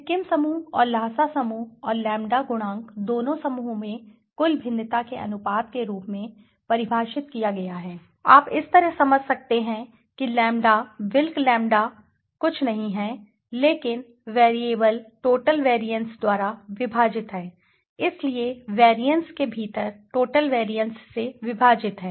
सिक्किम समूह और ल्हासा समूह और लैंबडा गुणांक दोनों समूहों में कुल भिन्नता के अनुपात के रूप में परिभाषित किया गया है आप इस तरह समझ सकते हैं कि लैंबडा विल्क लैंबडा और कुछ नहीं है लेकिन वैरिएबल टोटल वैरिएंसेस द्वारा विभाजित है इसलिए वैरिएंस के भीतर टोटल वैरिएंस से विभाजित है